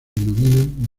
denominan